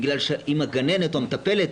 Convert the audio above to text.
כי אם הגננת או המטפלת